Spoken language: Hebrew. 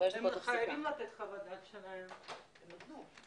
(הישיבה נפסקה בשעה 13:37 ונתחדשה בשעה